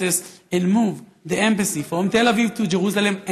and move the embassy from Tel Aviv to Jerusalem.